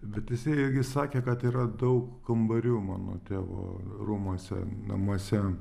bet jisai irgi sakė kad yra daug kambarių mano tėvo rūmuose namuose